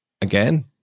again